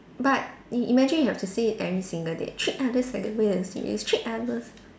but i~ imagine you have to say it every single say treat others like the way you want others treat you treat others